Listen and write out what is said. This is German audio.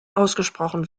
ausgesprochen